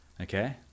Okay